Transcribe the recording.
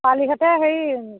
পালিঘাটে হেৰি